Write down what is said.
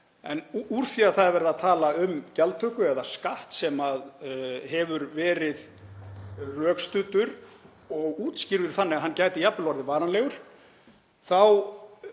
En úr því að það er verið að tala um gjaldtöku eða skatt sem hefur verið rökstuddur og útskýrður þannig að hann gæti jafnvel orðið varanlegur þá